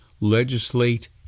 legislate